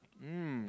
mm